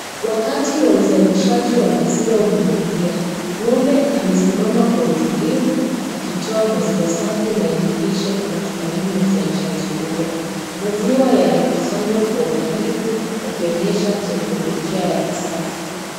Wakati wa uzalishaji wa maziwa umewadia. Ng'ombe amesiama kwa utulivu akitoa maziwa safi na yenye lishe kwa matumaini ya uzalishaji bora. Maziwa yanakusanywa kwa uangalifu yakionyesha teknolojia ya kisasa.